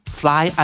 fly